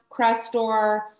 Crestor